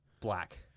Black